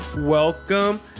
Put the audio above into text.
Welcome